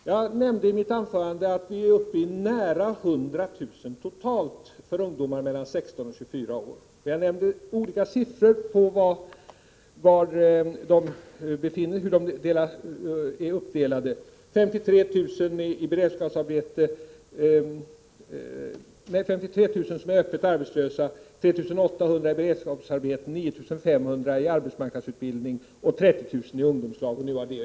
Jag nämnde i mitt anförande att vi är uppe i nära 100 000 arbetslösa totalt i gruppen ungdomar mellan 16 och 24 år. Jag nämnde olika siffror för hur de är uppdelade. 53 000 är öppet arbetslösa, 3 800 har beredskapsarbete, 9 500 går på arbetsmarknadsutbildning och 30 000 finns i ungdomslag.